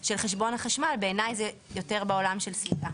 חשבון החשמל, בעיני, זה יותר בעולם של סליקה.